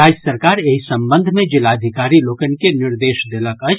राज्य सरकार एहि संबंध मे जिलाधिकारी लोकनि के निर्देश देलक अछि